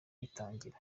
ritangira